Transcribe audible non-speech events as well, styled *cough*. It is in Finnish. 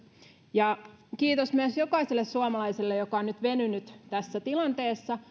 kiitos myös jokaiselle suomalaiselle joka on nyt venynyt tässä tilanteessa *unintelligible*